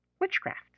witchcraft